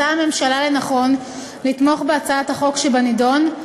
מצאה הממשלה לנכון לתמוך בהצעת החוק שבנדון,